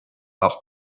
house